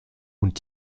und